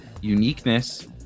uniqueness